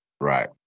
Right